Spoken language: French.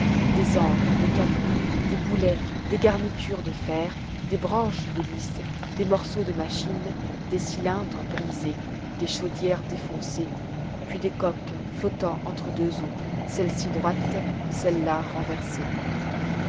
des ancres des canons des boulets des garnitures de fer des branches d'hélice des morceaux de machines des cylindres brisés des chaudières défoncées puis des coques flottant entre deux eaux celles-ci droites celles-là renversées